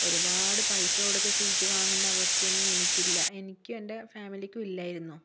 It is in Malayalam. ഒരുപാട് പൈസ കൊടുത്ത് സീറ്റ് വാങ്ങേണ്ട അവസ്ഥയൊന്നും എനിക്കില്ല എനിക്കും എന്റെ ഫാമിലിക്കും ഇല്ലായിരുന്നു